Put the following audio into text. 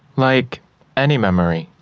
like any memory.